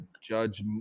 judge